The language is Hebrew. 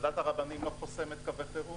אני רוצה להבהיר שוועדת הרבנים לא חוסמת קווי חירום,